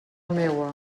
meua